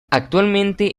actualmente